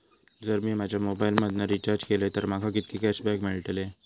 जर मी माझ्या मोबाईल मधन रिचार्ज केलय तर माका कितके कॅशबॅक मेळतले?